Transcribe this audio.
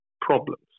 problems